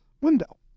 window